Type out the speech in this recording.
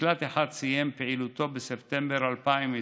מקלט אחד סיים את פעילותו בספטמבר 2020